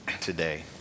today